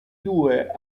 due